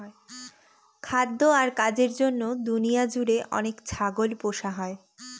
খাদ্য আর কাজের জন্য দুনিয়া জুড়ে অনেক ছাগল পোষা হয়